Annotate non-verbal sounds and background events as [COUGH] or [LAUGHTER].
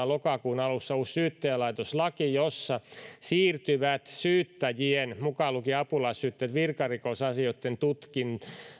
[UNINTELLIGIBLE] lokakuun alussa tulee voimaan uusi syyttäjälaitoslaki jossa syyttäjän tehtävät syyttäjien mukaan lukien apulaissyyttäjät virkarikosasioitten tutkinnassa